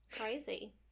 Crazy